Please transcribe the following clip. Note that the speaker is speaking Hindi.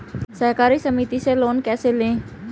सहकारी समिति से लोन कैसे लें?